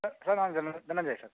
ಸ ಸರ್ ನಾನು ಧನಂಜಯ್ ಸರ್